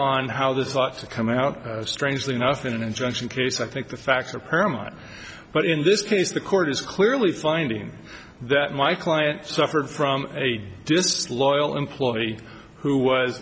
on how this ought to come out strangely enough in an instruction case i think the facts are paramount but in this case the court is clearly finding that my client suffered from a disloyal employee who was